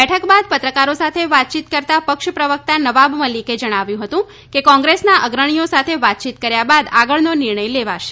બેઠક બાદ પત્રકારો સાથે વાતચીત કરતાં પક્ષ પ્રવકતા નવાબ મલીકે જણાવ્યું હતું કે કોંગ્રેસના અગ્રણીઓ સાથે વાતચીત કર્યા બાદ આગળનો નિર્ણય લેવાશે